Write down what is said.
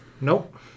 Nope